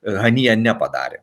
hanija nepadarė